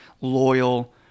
loyal